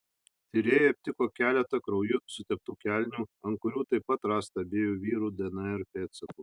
tyrėjai aptiko keletą krauju suteptų kelnių ant kurių taip pat rasta abiejų vyrų dnr pėdsakų